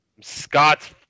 Scott's